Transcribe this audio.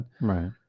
Right